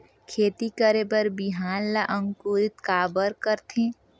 खेती करे बर बिहान ला अंकुरित काबर करथे?